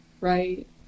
right